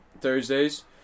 Thursdays